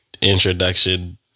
introduction